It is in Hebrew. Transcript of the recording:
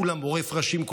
שעורף ראשים,